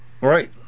Right